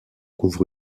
couvre